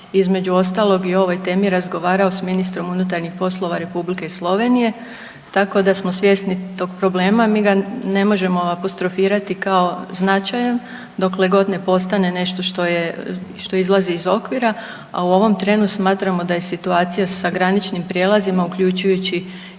između ostalog i o ovoj temi razgovarao s ministrom unutarnjih poslova Republike Slovenije, tako da smo svjesni tog problema. Mi ga ne možemo apostrofirati kao značajan dokle god ne postane nešto što, što izlazi iz okvira, a u ovom trenu smatramo da je situacija sa graničnim prijelazima uključujući